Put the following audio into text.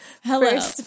Hello